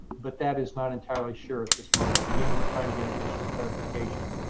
but that is not entirely sure at this moment. again, we're trying to get additional clarification.